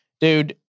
Dude